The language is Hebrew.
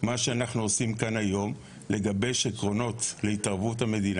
ואנחנו כאן היום כדי לגבש עקרונות להתערבות המדינה,